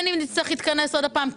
כן גם אם נצטרך להתכנס עוד פעם,